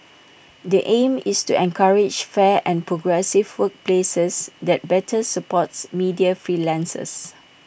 the aim is to encourage fair and progressive workplaces that better supports media freelancers